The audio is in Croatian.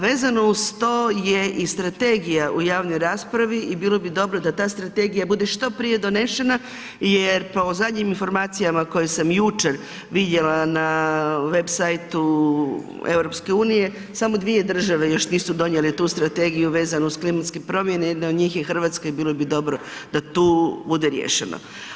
Vezano uz to je i strategija u javnoj raspravi i bilo bi dobro da ta strategija bude što prije donešena jer po zadnjim informacijama koje sam jučer vidjela na web site-u EU, samo dvije države još nisu donijele tu strategiju vezano uz klimatske promjene, jedna od njih je i Hrvatska i bilo bi dobro da tu bude riješeno.